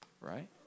Right